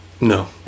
No